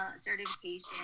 certification